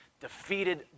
defeated